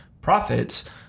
profits